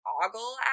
ogle